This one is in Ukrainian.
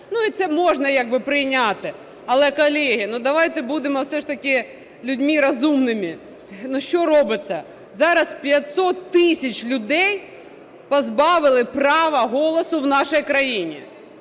Ну, і це можна як би прийняти. Але, колеги, ну, давайте будемо все ж таки людьми розумними. Ну, що робиться? Зараз 500 тисяч людей позбавили права голосу в нашій країні.